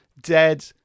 Dead